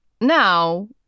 Now